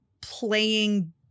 playing